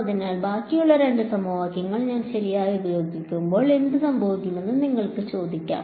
അതിനാൽ ബാക്കിയുള്ള 2 സമവാക്യങ്ങൾ ഞാൻ ശരിയായി ഉപയോഗിക്കുമ്പോൾ എന്ത് സംഭവിക്കുമെന്ന് നിങ്ങൾക്ക് ചോദിക്കാം